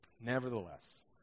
Nevertheless